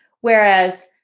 Whereas